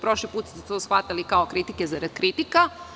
Prošli put ste to shvatili kao kritike zarad kritika.